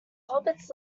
hobbits